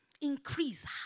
increase